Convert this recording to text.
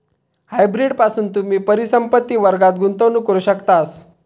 hybrid पासून तुम्ही परिसंपत्ति वर्गात गुंतवणूक करू शकतास